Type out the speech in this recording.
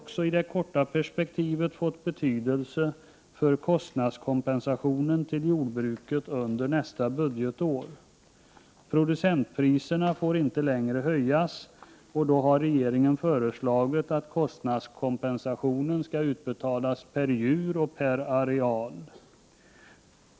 1988/89:127 har det fått betydelse för kostnadskompensationen till jordbruket under 2 juni 1989 nästa budgetår. Producentpriserna får inte längre höjas, och därför har I mo i, . oc « regeringen föreslagit att kostnadskompensationen skall utbetalas per djur och per areal.